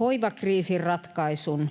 hoivakriisin ratkaisun